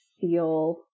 feel